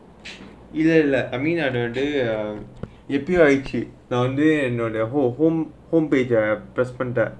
either like I mean other day ah U_P I எப்பேயோ ஆச்சி:eppeyo aachi you know ah home home page lah press